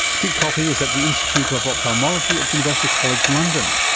pete coffey is at the institute of ophthalmology at university college london.